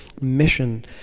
mission